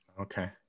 Okay